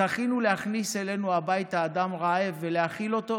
זכינו להכניס אלינו הביתה אדם רעב ולהאכיל אותו?